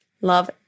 Love